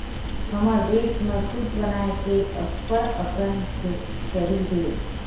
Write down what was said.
हमर देस म सूत बनाए के अब्बड़ अकन फेकटरी हे